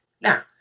Now